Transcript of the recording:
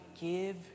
give